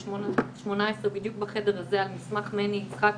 ב-2018 בדיוק בחדר הזה על מסמך מני יצחקי,